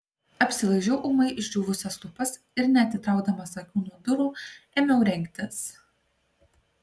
apsilaižiau ūmai išdžiūvusias lūpas ir neatitraukdamas akių nuo durų ėmiau rengtis